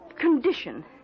condition